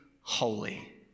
holy